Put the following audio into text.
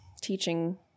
teaching